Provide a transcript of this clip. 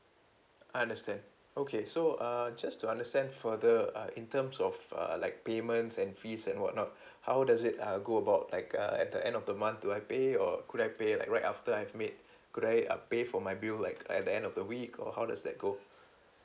I understand okay so uh just to understand further uh in terms of uh like payments and fees and whatnot how does it err go about like uh at the end of the month do I pay or could I pay like right after I've made could I uh pay for my bill like at the end of the week or how does that go